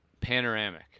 panoramic